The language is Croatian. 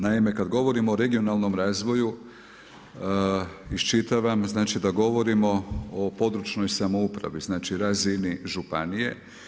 Naime, kada govorimo o regionalnom razvoju iščitavam da govorimo o područnoj samoupravi, znači razini županije.